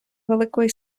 великої